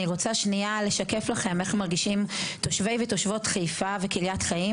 אני רק אגיד לכם איך מרגישים תושבי ותושבות חיפה וקריית חיים,